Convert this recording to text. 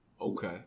Okay